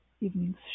evening's